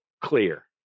clear